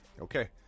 Okay